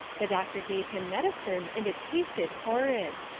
the doctor gave him medicine and it tasted horrid.